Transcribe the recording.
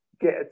get